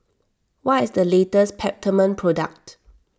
what is the latest Peptamen product